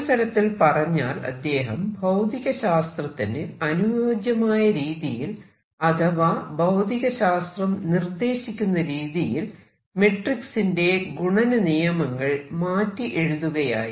ഒരു തരത്തിൽ പറഞ്ഞാൽ അദ്ദേഹം ഭൌതികശാസ്ത്രത്തിന് അനുയോജ്യമായ രീതിയിൽ അഥവാ ഭൌതികശാസ്ത്രം നിർദ്ദേശിക്കുന്ന രീതിയിൽ മെട്രിക്സിന്റെ ഗുണനനിയമങ്ങൾ മാറ്റി എഴുതുകയായിരുന്നു